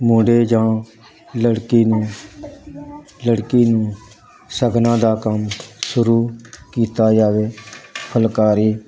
ਮੁੰਡੇ ਜਾਂ ਲੜਕੀ ਨੂੰ ਲੜਕੀ ਨੂੰ ਸ਼ਗਨਾਂ ਦਾ ਕੰਮ ਸ਼ੁਰੂ ਕੀਤਾ ਜਾਵੇ ਫੁਲਕਾਰੀ